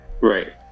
Right